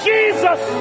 Jesus